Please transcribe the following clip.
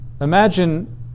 imagine